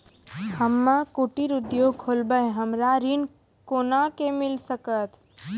हम्मे कुटीर उद्योग खोलबै हमरा ऋण कोना के मिल सकत?